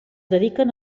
dediquen